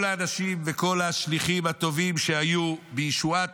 כל האנשים וכל השליחים הטובים שהיו בישועת